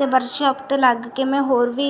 ਅਤੇ ਵਰਕਸ਼ੋਪ 'ਤੇ ਲੱਗ ਕੇ ਮੈਂ ਹੋਰ ਵੀ